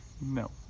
No